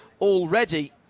already